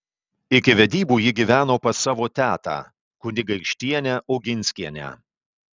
iki vedybų ji gyveno pas savo tetą kunigaikštienę oginskienę